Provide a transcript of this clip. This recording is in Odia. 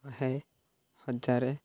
ଶହେ ହଜାର